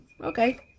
okay